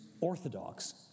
orthodox